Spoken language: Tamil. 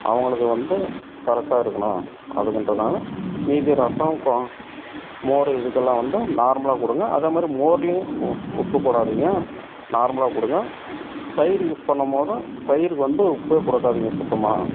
அவங்களுக்கு வந்து கரெக்டாக இருக்குணும் அதுகின்றனால் மீதி ரசம் கொ மோரு இதுக்கெல்லாம் வந்து நார்மலாக கொடுங்க அதேமாதிரி மோர்லையும் உப்பு போடாதிங்க நார்மலாக கொடுங்க தயிர் யூஸ் பண்ணும் போதும் தயிருக்கு வந்து உப்பே கொடுக்காதிங்க சுத்தமாக